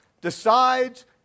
decides